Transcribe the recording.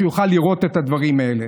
שיוכל לראות את הדברים האלה.